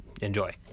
Enjoy